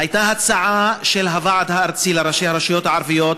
הייתה הצעה של הוועד הארצי לראשי הרשויות הערביות,